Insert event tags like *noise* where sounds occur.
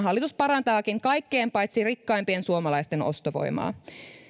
*unintelligible* hallitus parantaakin kaikkien paitsi rikkaimpien suomalaisten ostovoimaa